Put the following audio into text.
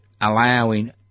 allowing